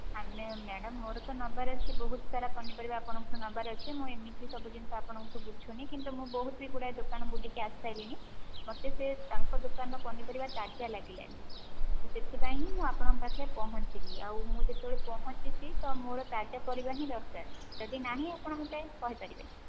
ଆମେ ମ୍ୟାଡମ ମୋର ତ ନେବାର ଅଛି ବହୁତ ସାରା ପନିପରିବା ଆପଣଙ୍କଠୁ ନେବାର ଅଛି ମୁଁ ଏମିତି ସବୁଜିନିଷ ଆପଣଙ୍କଠୁ ବୁଝୁନି କିନ୍ତୁ ମୁଁ ବହୁତ ହି ଗୁଡ଼ାଏ ଦୋକାନ ବୁଲିକି ଆସିସାରିଲିଣି ମତେ ସେ ତାଙ୍କ ଦୋକାନ ର ପନିପରିବା ତାଜା ଲାଗିଲା ନାହିଁ ତ ସେଥିପାଇଁ ହିଁ ମୁଁ ଆପଣଙ୍କ ପାଖେ ପହଞ୍ଚିଲି ଆଉ ମୁଁ ଯେତେବେଳେ ପହଁଞ୍ଚିଛି ତ ମୋର ତାଜା ପରିବା ହିଁ ଦରକାର ଯଦି ନାହିଁ ଆପଣ ମତେ କହିପାରିବେ